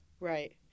Right